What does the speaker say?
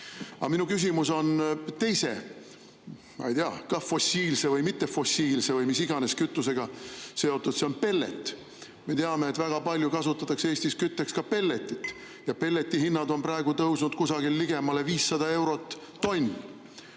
minu küsimus on teise, ma ei tea, fossiilse või mittefossiilse või mis iganes kütusega seotud. See on pellet. Me teame, et väga palju kasutatakse Eestis kütteks pelletit ja pelleti hinnad on praegu tõusnud 500 euro juurde tonni